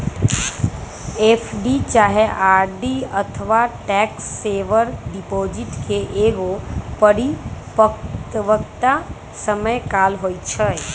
FD चाहे RD अथवा tax saver deposit के एगो परिपक्वता समय काल होइ छइ